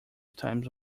times